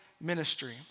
ministry